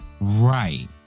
Right